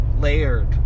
layered